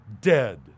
dead